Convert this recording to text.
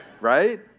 Right